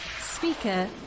speaker